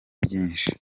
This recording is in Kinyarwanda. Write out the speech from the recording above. byinshi